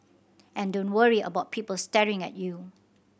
and don't worry about people staring at you